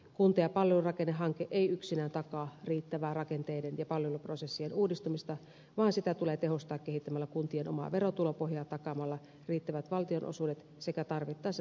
kunta ja palvelurakennehanke ei yksinään takaa riittävää rakenteiden ja palveluprosessien uudistumista vaan sitä tulee tehostaa kehittämällä kuntien omaa verotulopohjaa ja takaamalla riittävät valtionosuudet sekä tarvittaessa selkeämpi rahoitusohjaus